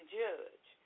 judge